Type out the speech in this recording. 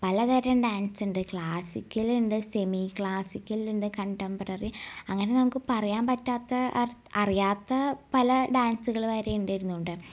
പലതരം ഡാൻസൊണ്ട് ക്ലാസ്സിക്കലുണ്ട് സെമി ക്ളാസിക്കലുണ്ട് കണ്ടംപററി അങ്ങനെ നമുക്ക് പറയാൻ പറ്റാത്ത അർ അറിയാത്ത പല ഡാൻസ്കൾ വരെയുണ്ട് ഇരുന്നോണ്ട്